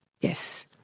Yes